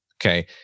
okay